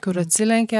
kur atsilenkia